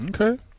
Okay